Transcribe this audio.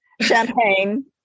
Champagne